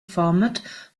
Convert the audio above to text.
format